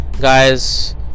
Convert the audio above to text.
guys